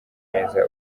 neza